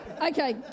Okay